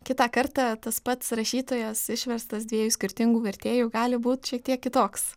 kitą kartą tas pats rašytojas išverstas dviejų skirtingų vertėjų gali būt šiek tiek kitoks